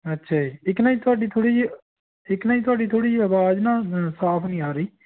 ਅੱਛਾ ਜੀ ਇੱਕ ਨਾ ਜੀ ਤੁਹਾਡੀ ਥੋੜ੍ਹੀ ਜੀ ਇੱਕ ਨਾ ਜੀ ਤੁਹਾਡੀ ਥੋੜ੍ਹੀ ਜਿਹੀ ਆਵਾਜ਼ ਨਾ ਸਾਫ ਨਹੀਂ ਆ ਰਹੀ